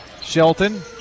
Shelton